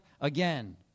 again